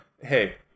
hey